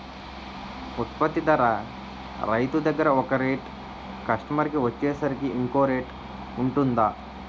ఉత్పత్తి ధర రైతు దగ్గర ఒక రేట్ కస్టమర్ కి వచ్చేసరికి ఇంకో రేట్ వుంటుందా?